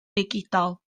digidol